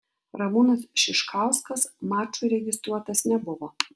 ramūnas šiškauskas mačui registruotas nebuvo